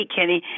Kenny